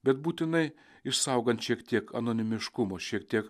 bet būtinai išsaugant šiek tiek anonimiškumo šiek tiek